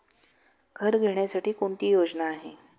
घर घेण्यासाठी कोणती योजना आहे?